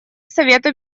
совета